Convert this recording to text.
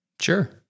Sure